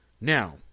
Now